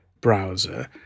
browser